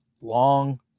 long